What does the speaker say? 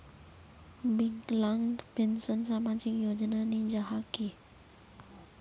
विकलांग पेंशन सामाजिक योजना नी जाहा की?